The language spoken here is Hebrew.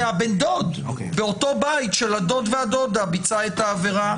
הבן דוד באותו בית של הדוד והדודה ביצע את העבירה,